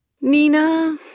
Nina